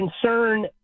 concern